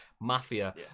mafia